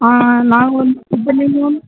ஆ நாங்கள் வந்து இப்போ நீங்கள் வந்து